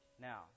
Now